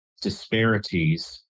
disparities